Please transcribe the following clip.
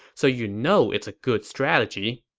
so you know it's a good strategy.